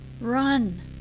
Run